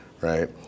right